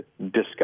discuss